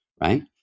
right